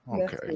Okay